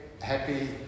happy